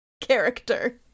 character